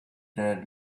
there